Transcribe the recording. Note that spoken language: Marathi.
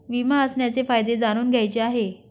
विमा असण्याचे फायदे जाणून घ्यायचे आहे